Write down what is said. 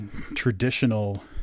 traditional